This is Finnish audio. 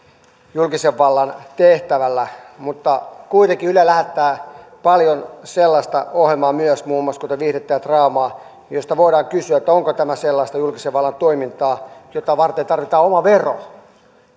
julkisen vallan tehtävällä mutta kuitenkin yle lähettää paljon sellaista ohjelmaa myös muun muassa viihdettä ja draamaa josta voidaan kysyä onko tämä sellaista julkisen vallan toimintaa jota varten tarvitaan oma vero